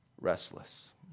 restless